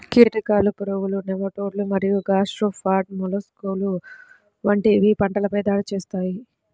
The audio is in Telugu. కీటకాలు, పురుగులు, నెమటోడ్లు మరియు గ్యాస్ట్రోపాడ్ మొలస్క్లు వంటివి పంటలపై దాడి చేస్తాయి